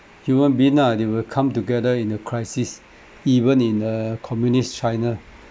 human being lah they will come together in a crisis even in uh communist china